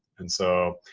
and so,